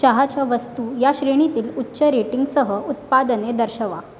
चहाच्या वस्तू या श्रेणीतील उच्च रेटिंगसह उत्पादने दर्शवा